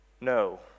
no